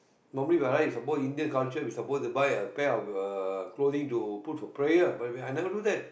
normally by right supposedly Indian culture we're supposed to buy a pair of uh clothing to put for prayer but I I never do that